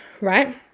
right